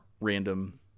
random